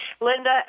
Linda